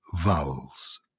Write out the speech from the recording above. vowels